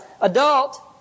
adult